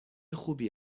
خوبی